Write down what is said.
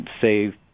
say